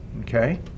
Okay